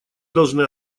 должны